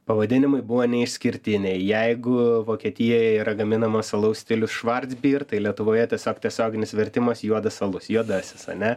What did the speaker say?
pavadinimai buvo neišskirtiniai jeigu vokietijoje yra gaminamas alaus stilius švardbir tai lietuvoje tiesiog tiesioginis vertimas juodas alus juodasis ane